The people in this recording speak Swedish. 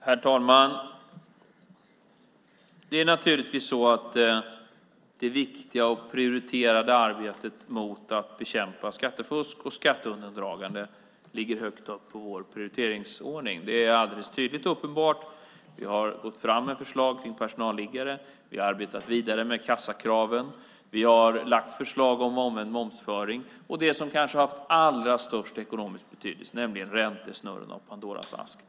Herr talman! Det är naturligtvis så att det viktiga arbetet med att bekämpa skattefusk och skatteundandragande ligger högt upp i vår prioriteringsordning. Det är alldeles tydligt och uppenbart. Vi har gått fram med förslag om personalliggare, vi har arbetat vidare med kassakraven, vi har lagt fram förslag om omvänd momsföring och det som kanske har haft allra störst ekonomisk betydelse, nämligen räntesnurrorna och Pandoras ask.